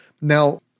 Now